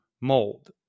mold